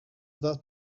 that